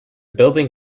building